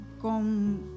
con